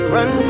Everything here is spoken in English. Run